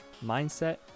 mindset